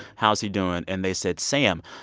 how's he doing? and they said, sam,